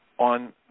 on